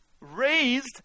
raised